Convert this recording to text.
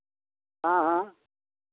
हाँ हाँ